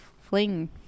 fling